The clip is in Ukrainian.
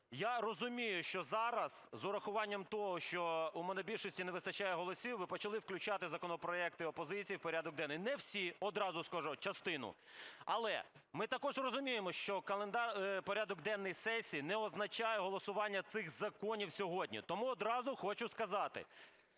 я розумію, що зараз з урахуванням того, що у монобільшості не вистачає голосів, ви почали включати законопроекти опозиції в порядок денний. Не всі, одразу скажу, а частину. Але ми також розуміємо, що порядок денний сесії не означає голосування цих законів сьогодні. Тому одразу хочу сказати,